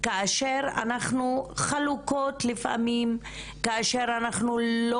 כאשר אנחנו חלוקות לפעמים, כאשר אנחנו לא